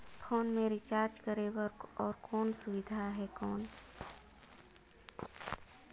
Phone मे recharge करे बर और कोनो सुविधा है कौन?